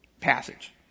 passage